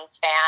fan